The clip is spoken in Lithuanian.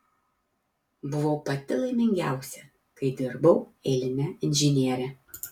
buvau pati laimingiausia kai dirbau eiline inžiniere